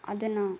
ಅದನ್ನು